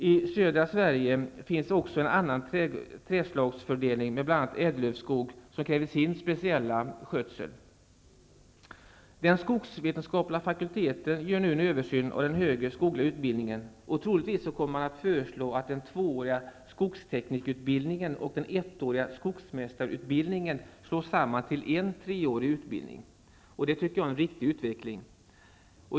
I södra Sverige finns också en annan trädslagsfördelning, med bl.a. ädellövskog som kräver sin speciella skötsel. Den skogsvetenskapliga fakulteten gör nu en översyn av den högre skogliga utbildningen. Troligtvis kommer man att föreslå att den tvååriga skogsteknikerutbildningen och den ettåriga skogsmästarutbildningen slås samman till en treårig utbildning. Det är en riktig utveckling.